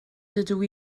dydw